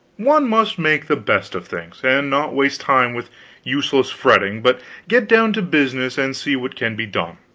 one must make the best of things, and not waste time with useless fretting, but get down to business and see what can be done.